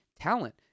talent